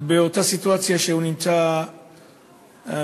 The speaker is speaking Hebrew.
באותה סיטואציה שהוא נמצא בה.